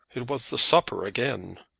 it was the supper again.